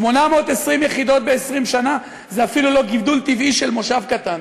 820 יחידות ב-20 שנה זה אפילו לא גידול טבעי של מושב קטן.